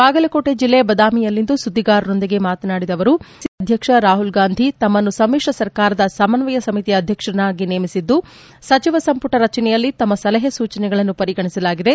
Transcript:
ಬಾಗಲಕೋಣೆ ಜಿಲ್ಲೆ ಬದಾಮಿಯಲ್ಲಿಂದು ಸುದ್ದಿಗಾರರೊಂದಿಗೆ ಮಾತನಾಡಿದ ಅವರು ಎಐಸಿಸಿ ಅಧ್ಯಕ್ಷ ರಾಹುಲ್ ಗಾಂಧಿ ತಮ್ಮನ್ನು ಸಮ್ಮಿಶ್ರ ಸರ್ಕಾರದ ಸಮನ್ವಯ ಸಮಿತಿಯ ಅಧ್ಯಕ್ಷರನ್ನಾಗಿ ನೇಮಿಸಿದ್ದು ಸಚಿವ ಸಂಪುಟ ರಚನೆಯಲ್ಲಿ ತಮ್ಮ ಸಲಹೆ ಸೂಚನೆಗಳನ್ನು ಪರಿಗಣಿಸಲಾಗಿದೆ